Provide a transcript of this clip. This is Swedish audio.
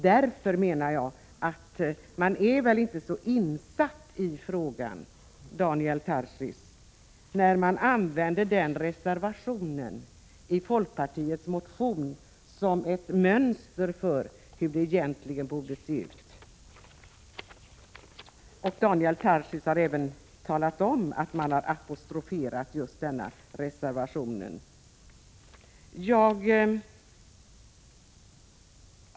Därför menar jag att man väl inte är så insatt i frågan, Daniel Tarschys, när man i folkpartiets motion använder den reservationen som ett mönster för hur det egentligen borde se ut. Daniel Tarschys har även talat om, att man har apostroferat denna reservation.